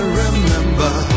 remember